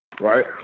Right